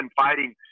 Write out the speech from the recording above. fighting